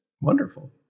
wonderful